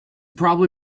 probably